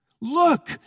Look